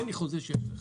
תן לי חוזה שיש לך.